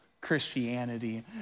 Christianity